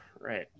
right